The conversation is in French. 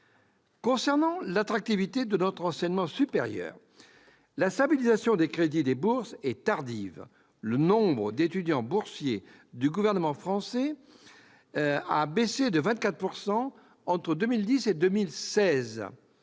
Concernant l'attractivité de notre enseignement supérieur, la stabilisation des crédits des bourses est tardive. Le nombre d'étudiants boursiers du gouvernement français a baissé de 24 % entre 2010 et 2016.